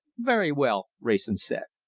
very well, wrayson said.